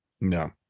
No